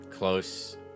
Close